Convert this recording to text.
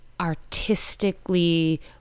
Artistically